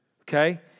okay